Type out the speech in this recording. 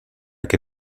que